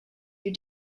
you